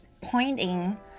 pointing